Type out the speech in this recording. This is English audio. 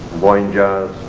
wine jars,